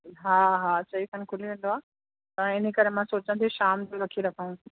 हा हा चईं तांणी खुली वेंदो आहे हा इन करे मां सोचां थी शाम जो रखी रखूं